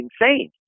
insane